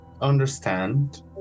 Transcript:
understand